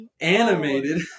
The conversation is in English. Animated